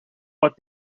what